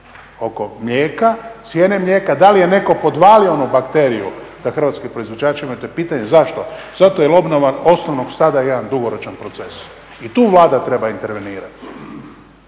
oko mlijeka, cijene mlijeka. Da li je netko podvalio onu bakteriju hrvatskim proizvođačima to je pitanje. Zašto? Zato jer obnova osnovnog stada je jedan dugoročan proces i tu vlada treba intervenirati.